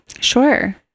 sure